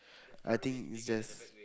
I think it's a